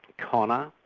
connor,